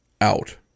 out